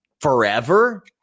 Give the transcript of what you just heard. forever